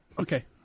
Okay